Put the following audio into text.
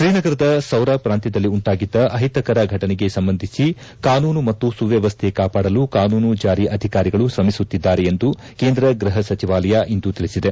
ಶ್ರೀನಗರದ ಸೌರ ಪ್ರಾಂತ್ಯದಲ್ಲಿ ಉಂಟಾಗಿದ್ದ ಅಹಿತಕರ ಫಟನೆಗೆ ಸಂಬಂಧಿಸಿ ಕಾನೂನು ಮತ್ತು ಸುವ್ಯವಸ್ಥೆ ಕಾಪಾಡಲು ಕಾನೂನು ಜಾರಿ ಅಧಿಕಾರಿಗಳು ಶ್ರಮಿಸುತ್ತಿದ್ದಾರೆ ಎಂದು ಕೇಂದ್ರ ಗೃಹ ಸಚಿವಾಲಯ ಇಂದು ತಿಳಿಸಿದೆ